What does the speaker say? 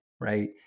Right